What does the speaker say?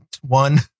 one